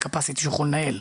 ל-capacity שהוא יכול לנהל.